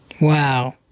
Wow